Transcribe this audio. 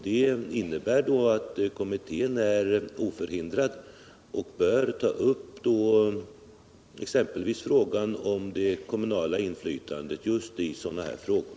Det innebär att kommittén är oförhindrad att — ja, bör — ta upp exempelvis frågan om det kommunala inflytandet i sådana här frågor.